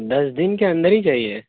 دس دن کے اندر ہی چاہیے